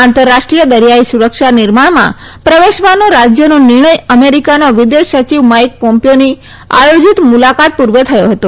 આંતરરાષ્ટ્રીય દરિયાઈ સુરક્ષા નિર્માણમાં પ્રવેશવાનો રાજ્યનો નિર્ણય અમેરિકાના વિદેશ સચિવ માઇક પોમ્પીઓની આયોજીત મુલાકાત પૂર્વે થયો હતો